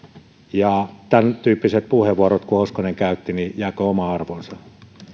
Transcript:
asti tämäntyyppiset puheenvuorot kuin minkä hoskonen käytti jääkööt omaan arvoonsa